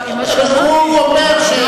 הכנסת פלסנר, הוא עונה לך.